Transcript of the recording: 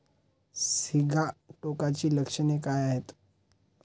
सिगाटोकाची लक्षणे काय आहेत?